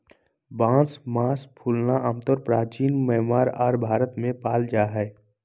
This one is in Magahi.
बांस मास फूलना आमतौर परचीन म्यांमार आर भारत में पाल जा हइ